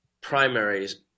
primaries